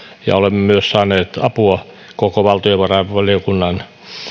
ja olemme myös saaneet apua koko valtiovarainvaliokunnan